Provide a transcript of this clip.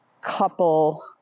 couple